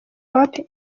hope